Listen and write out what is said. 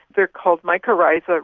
they are called mycorrhizae, but